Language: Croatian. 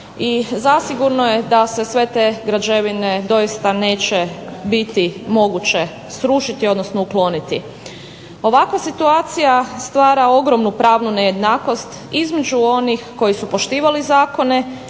i zasigurno je da se sve te građevine doista neće biti moguće srušiti, odnosno ukloniti. Ovakva situacija stvara ogromnu pravnu nejednakost između onih koji su poštivali zakone